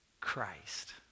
Christ